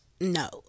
no